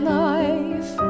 life